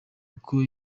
kuko